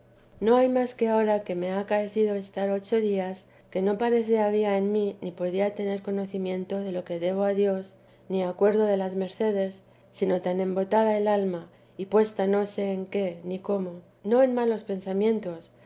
no ha más que ahora que me ha acaecido estar ocho días que no parece había en mí ni podía tener conocimiento de lo que debo a dios ni acuerdo de las mercedes sino tan embobada el alma y puesta no sé en qué ni cómo no en malos pensamientos